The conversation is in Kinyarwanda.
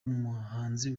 umuhanzi